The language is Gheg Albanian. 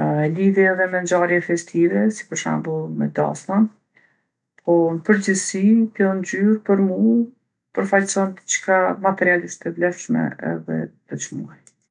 E lidhi edhe me ngjarje festive, si për shembull me dasma. Po n'përgjithsi kjo ngjyrë për mu përfaqson dicka materialisht të vlefshme dhe të çmuar.